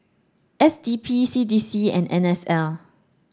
S D P C D C and N S L